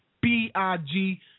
B-I-G